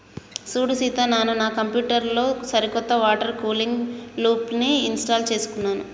సూడు సీత నాను నా కంప్యూటర్ లో సరికొత్త వాటర్ కూలింగ్ లూప్ని ఇంస్టాల్ చేసుకున్నాను